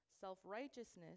Self-righteousness